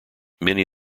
many